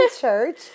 church